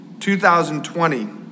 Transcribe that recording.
2020